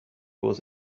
was